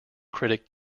critic